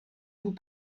vous